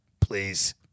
please